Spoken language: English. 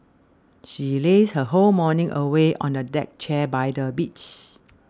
she lazed her whole morning away on a deck chair by the beach